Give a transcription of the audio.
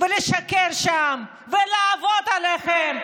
לשקר שם ולעבוד עליכם?